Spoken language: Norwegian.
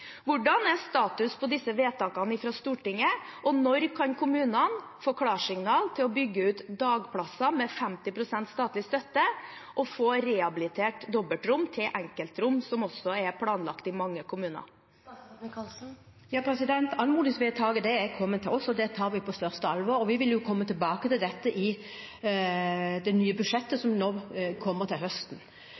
Hvordan er status på disse vedtakene fra Stortinget, og når kan kommunene få klarsignal til å bygge ut dagplasser med 50 pst. statlig støtte, og få rehabilitert dobbeltrom til enkeltrom, noe som også er planlagt i mange kommuner? Anmodningsvedtaket er kommet til oss, og det tar vi på største alvor. Vi vil komme tilbake til dette i det nye budsjettet som kommer til høsten,